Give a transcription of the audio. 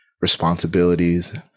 responsibilities